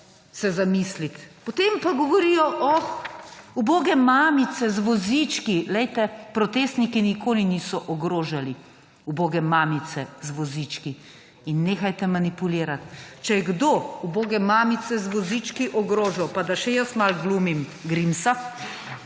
zamisliti. Potem pa govorijo, »uboge mamice z vozički«. Poglejte, protestniki nikoli niso ogrožali ubogih mamic z vozički in nehajte manipulirati. Če je kdo uboge mamice z vozički ogrožal, pa da še jaz malo glumim Grimsa